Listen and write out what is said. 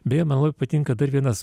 beje man labai patinka dar vienas